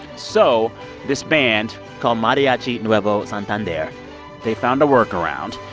so this band called mariachi nuevo santander they found a workaround.